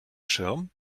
schirm